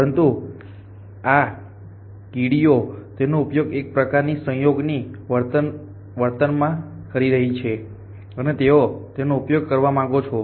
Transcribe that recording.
પરંતુ આ કીડીઓ તેનો ઉપયોગ એક પ્રકારના સહયોગી વર્તનમાં કરી રહી છે અને તેઓ તેનો ઉપયોગ કરવા માંગે છે